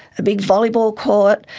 a big volleyball court,